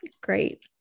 Great